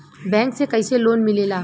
Bank से कइसे loan मिलेला?